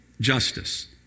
justice